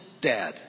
dad